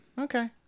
Okay